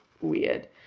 weird